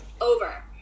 over